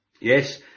Yes